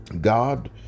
God